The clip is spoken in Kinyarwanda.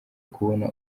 kubona